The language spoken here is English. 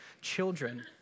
children